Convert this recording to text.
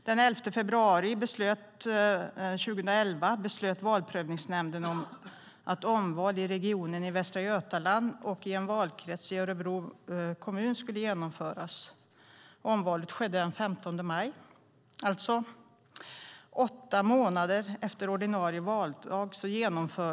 Den 11 februari 2011 beslöt Valprövningsnämnden att omval i regionen i Västra Götaland och i en valkrets i Örebro kommun skulle genomföras. Omvalet skedde den 15 maj. Omvalet genomfördes alltså åtta månader efter ordinarie valdag.